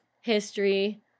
history